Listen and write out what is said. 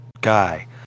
guy